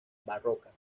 barrocas